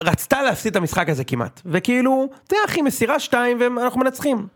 רצתה להפסיד את המשחק הזה כמעט, וכאילו זה אחי מסירה שתיים ואנחנו מנצחים.